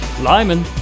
Lyman